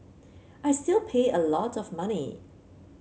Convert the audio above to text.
I still pay a lot of money